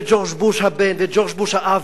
וג'ורג' בוש הבן וג'ורג' בוש האב.